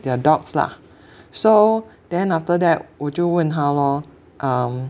their dogs lah so then after that 我就问他咯 err